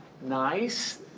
nice